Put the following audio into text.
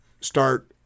start